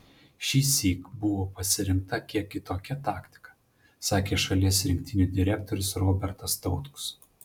šįsyk buvo pasirinkta kiek kitokia taktika sakė šalies rinktinių direktorius robertas tautkus